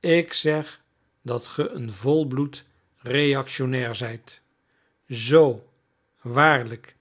ik zeg dat ge een volbloed reactionnair zijt zoo waarlijk